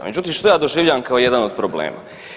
Međutim, što ja doživljavam kao jedan od problema?